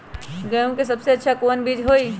गेंहू के सबसे अच्छा कौन बीज होई?